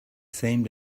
seemed